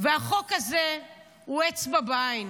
החוק הזה הוא אצבע בעין.